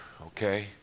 okay